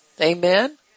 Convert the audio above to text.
Amen